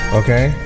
okay